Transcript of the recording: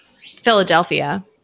Philadelphia